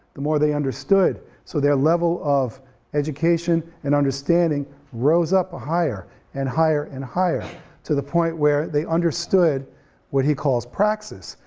the more they understood so their level of education and understanding rose up higher and higher and higher to the point where they understood what he calls praxis,